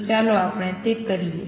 તો ચાલો આપણે તે કરીએ